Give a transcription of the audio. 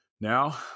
Now